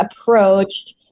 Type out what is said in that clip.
approached